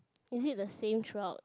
is it the same throughout